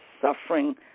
suffering